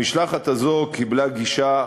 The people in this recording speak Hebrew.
המשלחת הזאת קיבלה גישה,